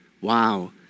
Wow